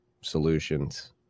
solutions